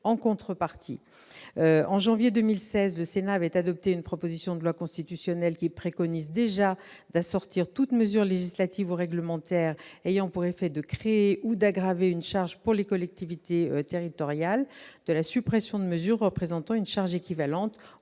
En janvier 2016, le Sénat a adopté une proposition de loi constitutionnelle qui prévoyait déjà d'assortir toute mesure législative ou réglementaire ayant pour effet de créer ou d'aggraver une charge pour les collectivités territoriales de la suppression de mesures représentant une charge équivalente